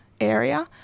area